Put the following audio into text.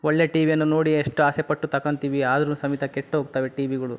ಒಳ್ಳೆಯ ಟಿ ವಿಯನ್ನು ನೋಡಿ ಎಷ್ಟು ಆಸೆಪಟ್ಟು ತಗಂತೀವಿ ಆದ್ರೂ ಸಮೇತ ಕೆಟ್ಟು ಹೋಗ್ತವೆ ಟಿ ವಿಗಳು